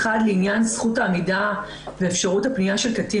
לעניין זכות העמידה ואפשרות הפנייה של קטין